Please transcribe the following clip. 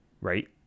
right